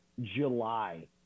July